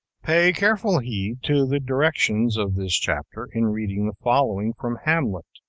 pay careful heed to the directions of this chapter in reading the following, from hamlet.